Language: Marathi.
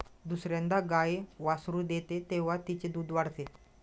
दुसर्यांदा गाय वासरू देते तेव्हा तिचे दूध वाढते